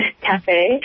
cafe